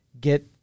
get